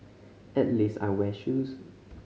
at least I wear shoes